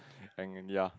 and ya